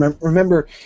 Remember